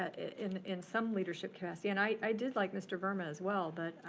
in in some leadership capacity. and i did like mr. verma as well, but